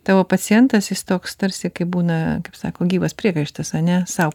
tavo pacientas jis toks tarsi kaip būna kaip sako gyvas priekaištas ane sau